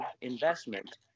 investment